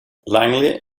langley